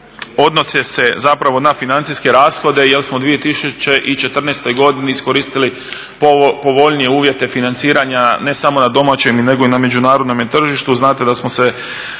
odnose se zapravo na financijske rashode jer smo u 2014. godini iskoristili povoljnije uvjete financiranja, ne samo na domaćem nego i na međunarodnom tržištu.